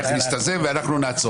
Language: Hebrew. ואנחנו נעצור.